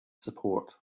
support